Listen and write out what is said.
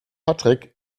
patrick